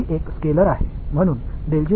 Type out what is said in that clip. g என்பது ஒரு scalar எனவே எனக்கு ஒரு கொடுக்கும்